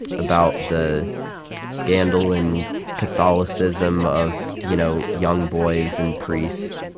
about the scandal in catholicism, of, you know, young boys and priests.